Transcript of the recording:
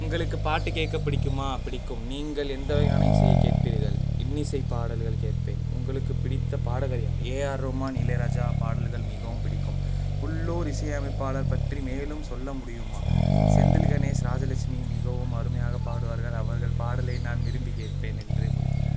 உங்களுக்கு பாட்டு கேட்க பிடிக்குமா பிடிக்கும் நீங்கள் எந்த வகையான இசையை கேட்பீர்கள் இன்னிசை பாடல்கள் கேட்பேன் உங்களுக்கு பிடித்த பாடகர் யார் ஏஆர் ரகுமான் இளையராஜா பாடல்கள் மிகவும் பிடிக்கும் உள்ளூர் இசையமைப்பாளர் பற்றி மேலும் சொல்ல முடியுமா செந்தில் கணேஷ் ராஜலெட்சுமி மிகவும் அருமையாக பாடுவார்கள் அவர்கள் பாடலை நான் விரும்பி கேட்பேன் என்று முடித்துகொள்